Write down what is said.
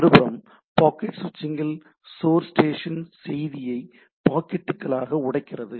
மறுபுறம் பாக்கெட் சுவிட்சிங் இல் சோர்ஸ் ஸ்டேஷன் செய்தியை பாக்கெட்டுகளாக உடைக்கிறது